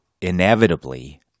inevitably